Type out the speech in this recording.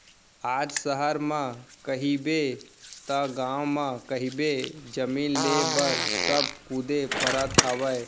आज सहर म कहिबे तव गाँव म कहिबे जमीन लेय बर सब कुदे परत हवय